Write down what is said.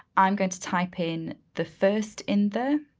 i'm going to type in the first in the,